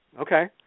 Okay